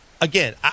again